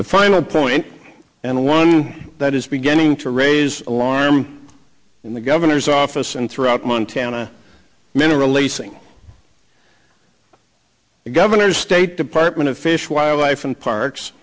the final point and one that is beginning to raise alarm in the governor's office and throughout montana men are releasing the governor's state department of fish wildlife and arks